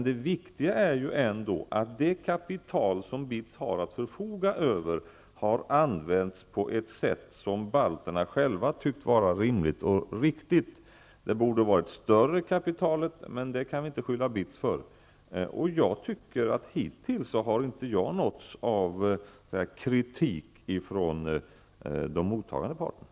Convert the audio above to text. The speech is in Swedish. Det viktiga är att det kapital som BITS har att förfoga över har använts på ett sätt som balterna tycker är rimligt och riktigt. Kapitalet borde ha varit större, men det kan vi inte skylla BITS för. Hittills har jag inte nåtts av kritik ifrån de mottagande parterna.